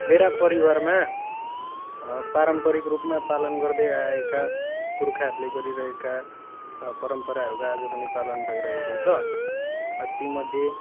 मेरा परिवारमा पारम्परिक रूपमा पालन गर्दै आएका पुर्खाहरूले गरिरहेका परम्पारहरू आज पनि पालन भइरहेको छ ती मध्ये